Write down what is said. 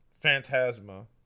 Phantasma